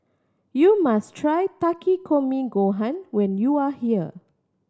you must try Takikomi Gohan when you are here